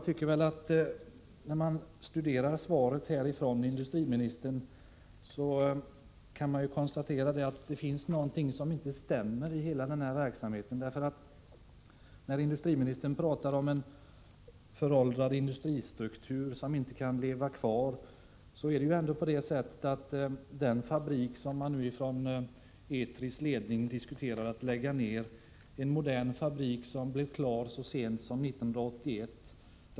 När jag studerar svaret från statsrådet kan jag konstatera att det är någonting som inte stämmer. Statsrådet pratar om en föråldrad industristruktur som inte kan leva kvar. Men den fabrik som Etris ledning nu diskuterar att lägga ned är en modern fabrik, som blev klar så sent som 1981.